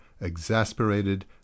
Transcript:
exasperated